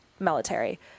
Military